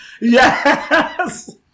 Yes